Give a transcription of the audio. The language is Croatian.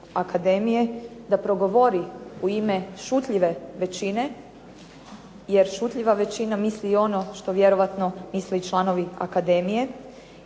da progovori u ime šutljive većine jer šutljiva većina misli ono što vjerojatno misle i članovi akademije,